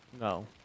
No